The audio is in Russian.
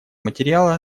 материала